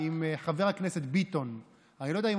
אז אמרתי,